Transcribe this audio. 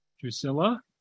Drusilla